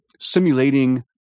simulating